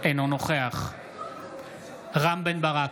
אינו נוכח רם בן ברק,